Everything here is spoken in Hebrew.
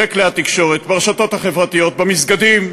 בכלי התקשורת, ברשתות החברתיות, במסגדים,